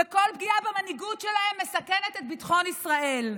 וכל פגיעה במנהיגות שלהם מסכנת את ביטחון ישראל.